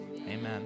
amen